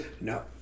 no